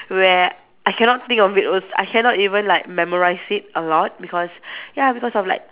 where I cannot think of it als~ I cannot even like memorise it a lot because ya because of like